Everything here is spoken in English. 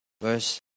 Verse